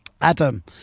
Adam